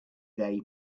day